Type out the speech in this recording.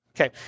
Okay